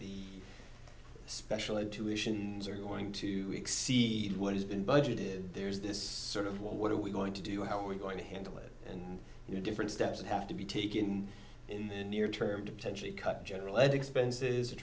especially tuitions are going to exceed what has been budgeted there's this sort of well what are we going to do how are we going to handle it and you know different steps that have to be taken in the near term to potentially cut general expenses